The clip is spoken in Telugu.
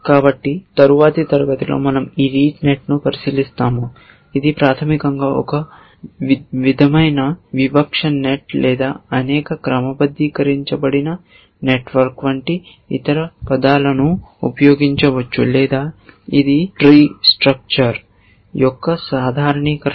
కాబట్టి తరువాతి తరగతిలో మనం ఈ RETE NET ని పరిశీలిస్తాము ఇది ప్రాథమికంగా ఒక విధమైన వివక్ష నెట్ లేదా అనేక క్రమబద్ధీకరించబడిన నెట్వర్క్ వంటి ఇతర పదాలను ఉపయోగించవచ్చు లేదా ఇది ట్రీ స్ట్రక్చర్ యొక్క సాధారణీకరణ